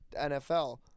NFL